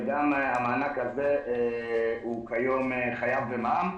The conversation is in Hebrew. וגם המענק הזה הוא כיום חייב במע"מ.